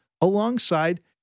alongside